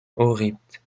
rythme